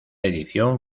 edición